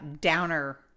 downer